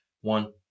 one